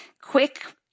Quick